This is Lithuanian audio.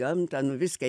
gamtą nu viską